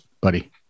Buddy